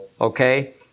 okay